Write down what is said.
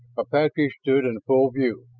apaches stood in full view,